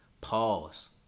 pause